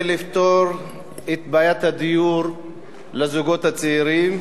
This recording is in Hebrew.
לפתור את בעיית הדיור לזוגות הצעירים.